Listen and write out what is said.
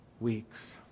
weeks